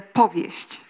powieść